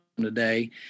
today